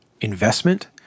investment